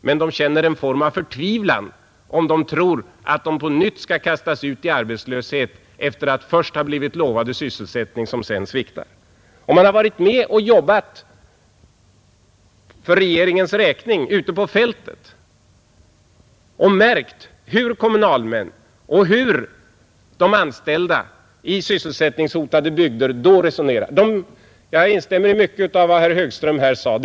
Däremot känner de förtvivlan, om de tror att de på nytt skall kastas ut i arbetslöshet efter att först ha blivit lovade sysselsättning som sedan sviktar. Den som har varit med och arbetat för regeringens räkning ute på fältet och märkt hur kommunalmän och anställda i sysselsättningshotade bygder resonerar kan instämma i mycket av vad herr Högström här sade.